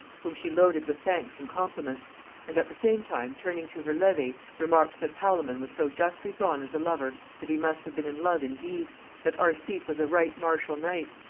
whom she loaded with thanks and compliments and at the same time, turning to her levee, remarked, that palamon was so justly drawn as a lover, that he must have been in love indeed that arcite was a right martial knight,